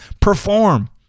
perform